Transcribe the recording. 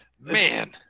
Man